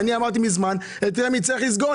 אני אמרתי מזמן שאת רמ"י צריך לסגור.